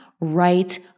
right